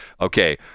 Okay